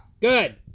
Good